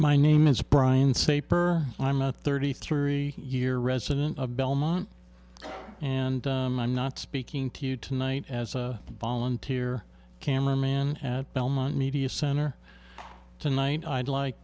my name is brian saper i'm not thirty three year resident of belmont and i'm not speaking to you tonight as a volunteer cameramen at belmont media center tonight i'd like